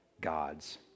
God's